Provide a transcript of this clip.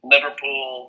Liverpool